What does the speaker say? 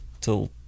till